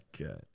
Okay